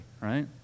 right